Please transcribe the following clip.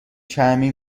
چرمی